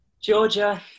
Georgia